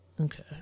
Okay